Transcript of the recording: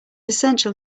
essential